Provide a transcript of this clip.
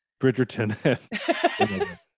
Bridgerton